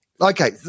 okay